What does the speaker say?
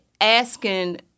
asking